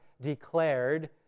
declared